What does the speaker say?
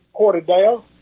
Porterdale